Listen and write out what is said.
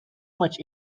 much